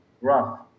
Rough